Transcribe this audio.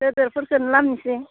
गोदोरफोरखौनो लाबोनोसै